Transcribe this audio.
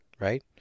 Right